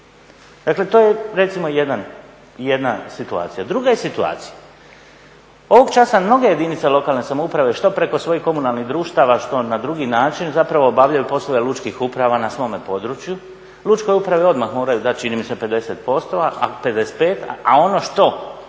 Dakle, to je recimo jedna situacija. Druga je situacija, ovog časa mnoge jedinice lokalne samouprave što preko svojih komunalnih društava što na drugi način zapravo obavljaju poslove lučkih uprava na svome područje. Lučke uprave odmah moraju dati čini mi se 55%, a ono što